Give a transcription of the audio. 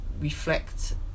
reflect